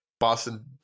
Boston